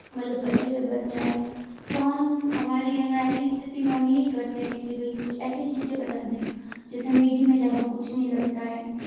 मतलब अच्छे से बन जाए तो हम हमारी है ना ऐसी स्थिति में हम यही करते हैं कि भाई कुछ ऐसी चीज़ें बना दे जैसे मेगी में ज़्यादा कुछ नहीं लगता है